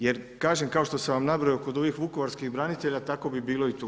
Jer kažem, kao što sam vam nabrojao kod ovih Vukovarskih branitelja, tako bi bilo i tu.